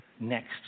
next